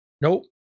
Nope